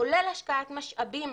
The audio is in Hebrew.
כולל השקעת משאבים